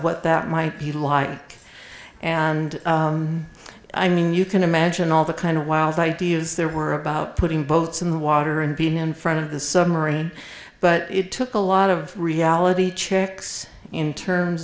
what that might be lying and i mean you can imagine all the kind of wild ideas there were about putting boats in the water and being in front of the submarine but it took a lot of reality checks in terms